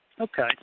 Okay